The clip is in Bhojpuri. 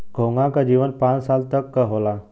घोंघा क जीवन पांच साल तक क होला